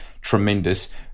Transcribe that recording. tremendous